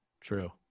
True